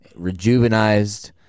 rejuvenized